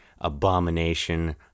abomination